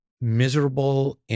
miserable